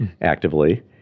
actively